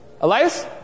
Elias